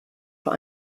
vor